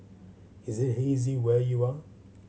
is it hazy where you are